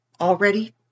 Already